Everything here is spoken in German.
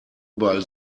überall